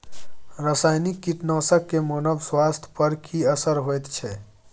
रसायनिक कीटनासक के मानव स्वास्थ्य पर की असर होयत छै?